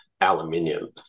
aluminium